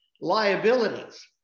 liabilities